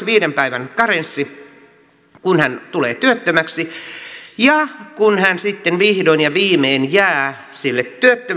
viiden päivän karenssi kun hän tulee työttömäksi ja kun hän sitten vihdoin ja viimein jää sille